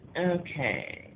Okay